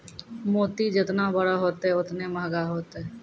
मोती जेतना बड़ो होतै, ओतने मंहगा होतै